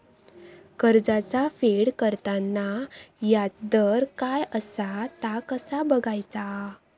कर्जाचा फेड करताना याजदर काय असा ता कसा बगायचा?